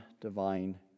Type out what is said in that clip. divine